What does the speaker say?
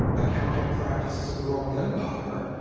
accounting practices of the roman empire.